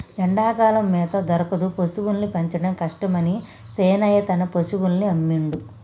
ఎండాకాలం మేత దొరకదు పశువుల్ని పెంచడం కష్టమని శీనయ్య తన పశువుల్ని అమ్మిండు